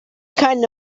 kind